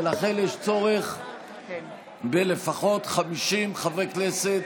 ולכן יש צורך לפחות ב-50 חברי כנסת